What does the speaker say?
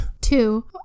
Two